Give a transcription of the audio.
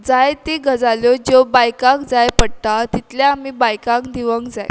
जायती गजाल्यो ज्यो बायकाक जाय पडटा तितलें आमी बायकांक दिवंक जाय